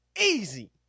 easy